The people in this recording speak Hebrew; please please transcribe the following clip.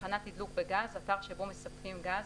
"תחנת תדלוק בגז" אתר שבו מספקים גז,